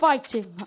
Fighting